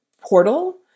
portal